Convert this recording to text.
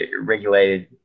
regulated